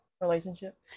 Relationship